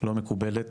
לא מקובלת